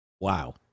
Wow